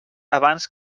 abans